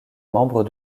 membres